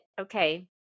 okay